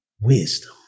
Wisdom